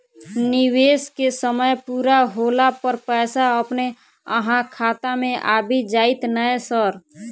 निवेश केँ समय पूरा होला पर पैसा अपने अहाँ खाता मे आबि जाइत नै सर?